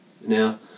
Now